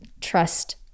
Trust